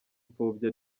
ipfobya